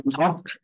talk